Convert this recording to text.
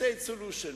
סילוני.